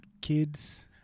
kids